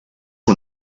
que